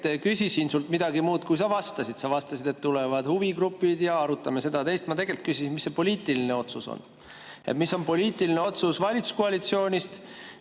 küsisin sult midagi muud, kui sa vastasid. Sa vastasid, et tulevad huvigrupid ja arutame seda ja teist. Ma tegelikult küsisin, mis see poliitiline otsus on. Mis on poliitiline otsus valitsuskoalitsioonis?